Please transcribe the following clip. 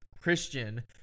Christian